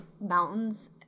mountains